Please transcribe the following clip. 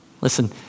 Listen